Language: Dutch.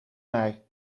mij